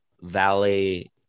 valley